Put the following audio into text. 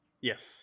yes